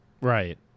right